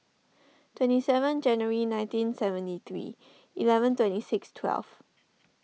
twenty seven Jan nineteen seventy three eleven twenty six twelve